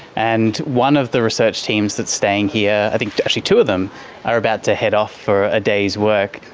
and one of the research teams that is staying here, i think actually two of them are about to head off for a day's work.